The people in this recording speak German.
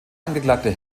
angeklagte